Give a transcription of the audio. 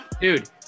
Dude